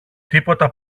τίποτα